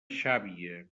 xàbia